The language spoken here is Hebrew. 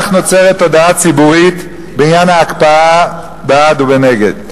כך נוצרת תודעה ציבורית בעניין ההקפאה, בעד ונגד.